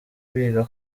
biga